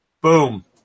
boom